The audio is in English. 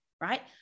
right